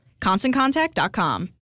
ConstantContact.com